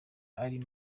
ari